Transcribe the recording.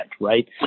right